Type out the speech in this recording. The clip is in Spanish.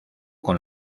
con